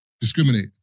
Discriminate